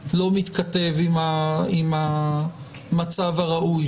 כלא מתכתב עם המצב הראוי,